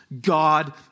God